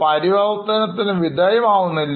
പരിവർത്തനം ചെയ്യപ്പെടുന്നില്ല